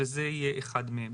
וזה יהיה אחד מהם.